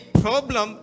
problem